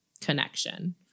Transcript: connection